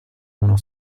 uno